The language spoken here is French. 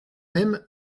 mêmes